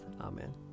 Amen